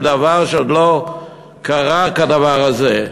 כשעוד לא קרה כדבר הזה.